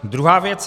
Druhá věc.